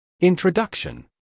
Introduction